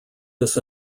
this